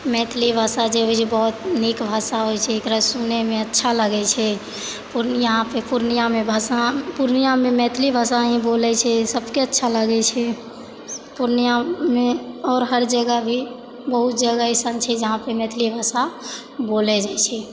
मैथिलि भाषा जे होइ छै बहुत नीक भाषा होइ छै एकरा सुनैमे अच्छा लागै छै पूर्णियामे भाषा पूर्णियामे मैथिलि भाषा ही बोलै छै सबके अच्छा लागै छै पूर्णियामे आओर हर जगह भी बहुत जगह ऐसन छै जहाँपर मैथिलि भाष बोलै जाइ छै